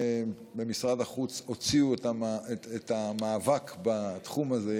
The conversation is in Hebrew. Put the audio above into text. הגם שממשרד החוץ הוציאו את המאבק בתחום הזה,